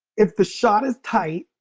if the shot is tight